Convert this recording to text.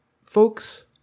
folks